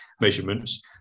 measurements